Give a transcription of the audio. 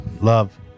Love